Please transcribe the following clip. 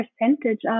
percentage